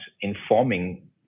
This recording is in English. informing